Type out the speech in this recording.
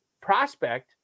prospect